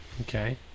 okay